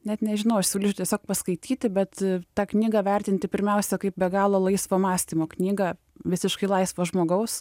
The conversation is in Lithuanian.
net nežinau aš siūlyčiau tiesiog paskaityti bet tą knygą vertinti pirmiausia kaip be galo laisvo mąstymo knygą visiškai laisvo žmogaus